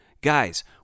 Guys